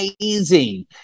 amazing